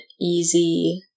easy